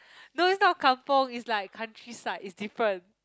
no it's not kampung is like countryside is different